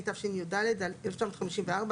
התשי"ד 19543 ,